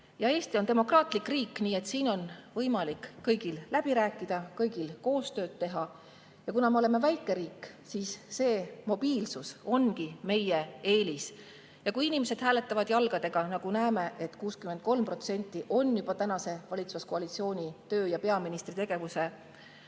Eesti on demokraatlik riik, nii et siin on võimalik kõigil läbi rääkida, kõigil koostööd teha. Ja kuna me oleme väike riik, siis mobiilsus ongi meie eelis. Kui inimesed hääletavad jalgadega – nagu näeme, et 63% on juba tänase valitsuskoalitsiooni töö ja peaministri tegevuse